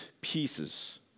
pieces